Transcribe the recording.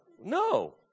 No